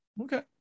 okay